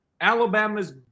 Alabama's